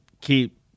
keep